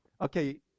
okay